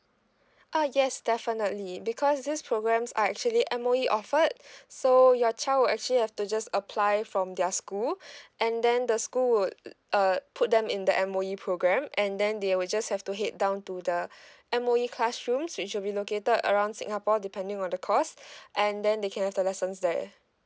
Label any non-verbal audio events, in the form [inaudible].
uh yes definitely because these programs are actually M_O_E offered [breath] so your child would actually have to just apply from their school [breath] and then the school would uh put them in the M_O_E program and then they will just have to head down to the [breath] M_O_E classrooms which will be located around singapore depending on the course [breath] and then they can have the lessons there